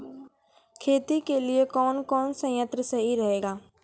खेती के लिए कौन कौन संयंत्र सही रहेगा?